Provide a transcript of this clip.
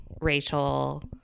Rachel